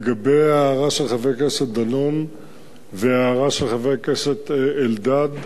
לגבי ההערה של חבר הכנסת דנון וההערה של חבר הכנסת אלדד,